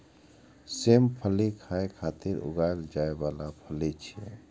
सेम फली खाय खातिर उगाएल जाइ बला फली छियै